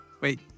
Wait